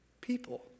people